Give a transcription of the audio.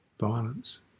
violence